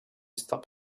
stop